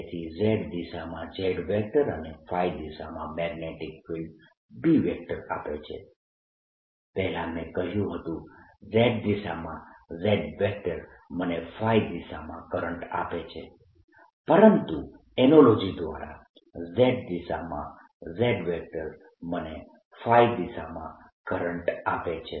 તેથી z દિશામાં J મને દિશામાં મેગ્નેટીક ફિલ્ડ B આપે છે પહેલા મેં કહ્યું હતું z દિશામાં J મને દિશામાં કરંટ આપે છે પરંતુ એનાલોજી દ્વારા z દિશામાં J મને દિશામાં કરંટ આપે છે